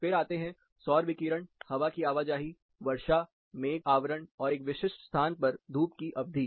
फिर आते हैं सौर विकिरण हवा की आवाजाही वर्षा मेघ आवरण और एक विशिष्ट स्थान पर धूप की अवधि